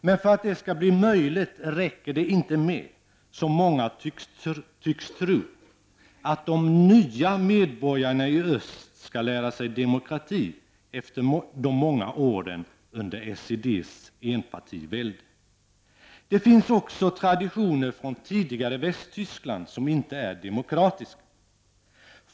Men för att det skall bli möjligt räcker det inte med, som många tycks tro, att de ''nya'' medborgarna i öst skall lära sig demokrati efter de många åren under SEDs enpartivälde. Det finns också traditioner från det tidigare Västtyskland som inte är demokratiska.